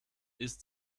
ist